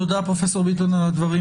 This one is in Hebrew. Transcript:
תודה פרופ' ביטון על הדברים